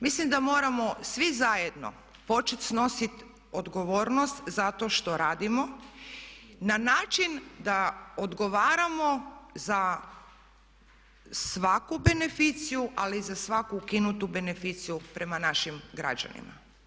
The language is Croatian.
Mislim da moramo svi zajedno početi snositi odgovornost za to što radimo na način da odgovaramo za svaku beneficiju ali i za svaku ukinutu beneficiju prema našim građanima.